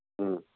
ம்